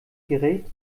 gerät